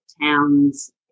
towns